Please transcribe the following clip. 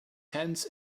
hands